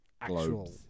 actual